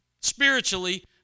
spiritually